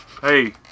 Hey